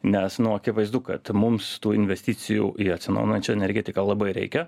nes nu akivaizdu kad mums tų investicijų į atsinaujinančią energetiką labai reikia